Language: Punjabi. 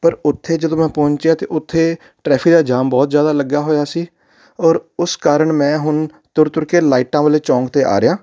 ਪਰ ਉੱਥੇ ਜਦੋਂ ਮੈਂ ਪਹੁੰਚਿਆ ਅਤੇ ਉੱਥੇ ਟ੍ਰੈਫਿਕ ਦਾ ਜਾਮ ਬਹੁਤ ਜ਼ਿਆਦਾ ਲੱਗਾ ਹੋਇਆ ਸੀ ਔਰ ਉਸ ਕਾਰਨ ਮੈਂ ਹੁਣ ਤੁਰ ਤੁਰ ਕੇ ਲਾਈਟਾਂ ਵਾਲੇ ਚੌਂਕ 'ਤੇ ਆ ਰਿਹਾਂ